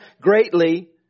greatly